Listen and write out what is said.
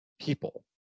people